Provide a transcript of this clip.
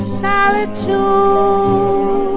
solitude